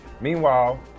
Meanwhile